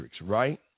right